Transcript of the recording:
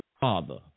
Father